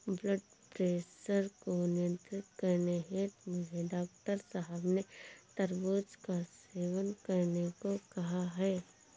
blood pressure को नियंत्रित करने हेतु मुझे डॉक्टर साहब ने तरबूज का सेवन करने को कहा है